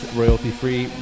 royalty-free